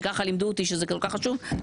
שככה לימדו אותי שזה כל כך חשוב,